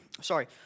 sorry